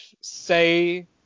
say